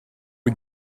you